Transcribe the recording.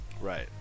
Right